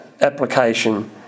application